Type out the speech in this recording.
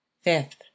Fifth